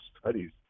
studies